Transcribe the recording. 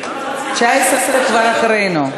גם 19. 19 כבר מאחורינו.